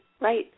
right